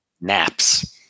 Naps